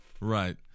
Right